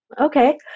okay